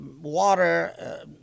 water